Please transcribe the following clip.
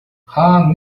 хаан